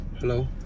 hello